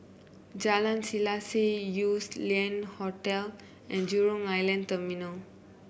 Jalan Selaseh Yew Lian Hotel and Jurong Island Terminal